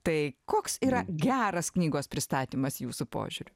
tai koks yra geras knygos pristatymas jūsų požiūriu